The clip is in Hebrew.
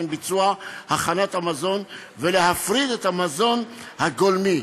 ביצוע הכנת המזון ולהפריד את המזון הגולמי.